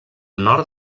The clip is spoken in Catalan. nord